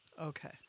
Okay